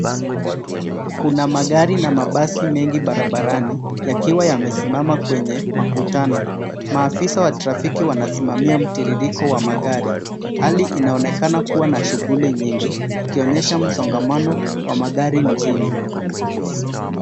Kuna magari na mabasi mengi barabarani yakiwa yamesimama kwenye makutano, Maafisa wa trafiki wanasimamia mtiririko wa magari, hali inaonekana kuwa na shuguli nyingi ikionyesha msongano wa magari mjini.